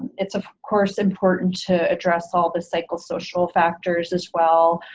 it's of course important to address all the psychosocial factors as well.